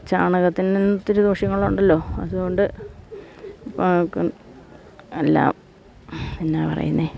ചാണകത്തിന് ഇന്നിത്തിരി ദുഷ്യങ്ങളുണ്ടല്ലോ അതുകൊണ്ട് എല്ലാം എന്നാ പറയുന്നത്